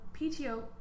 PTO